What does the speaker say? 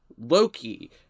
Loki